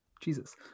Jesus